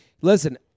listen